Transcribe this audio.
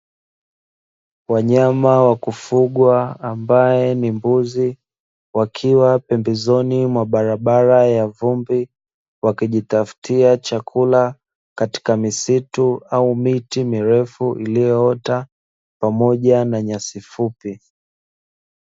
Wanyama wakufugwa, ambaye ni mbuzi, wakiwa pembezoni ya barabara ya vumbi, wakijitafutia chakula katika misitu au miti mirefu iliyoota, pamoja na nyasi fupi.